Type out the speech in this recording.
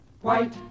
White